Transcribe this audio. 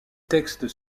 textes